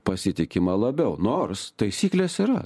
pasitikima labiau nors taisyklės yra